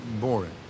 boring